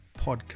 Podcast